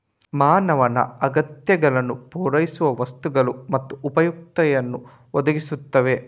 ಮಾನವನ ಅಗತ್ಯಗಳನ್ನು ಪೂರೈಸುವ ವಸ್ತುಗಳು ಮತ್ತು ಉಪಯುಕ್ತತೆಯನ್ನು ಒದಗಿಸುತ್ತವೆ